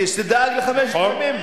אני שמעתי את רותם בסין,